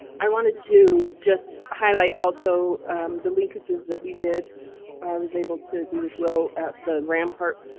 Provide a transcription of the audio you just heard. i wanted to just highlight also the linkages that we did i was able to be with will at the rampart.